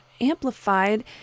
amplified